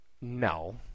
No